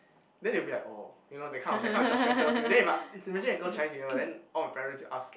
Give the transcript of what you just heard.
then they'll be like oh you know that kind of that kind of judgemental feel then if I imagine if I go Chinese New Year then all my parents ask